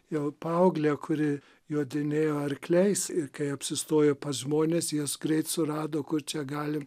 jau paauglę kuri jodinėjo arkliais ir apsistojo pas žmones juos greit surado kur čia gali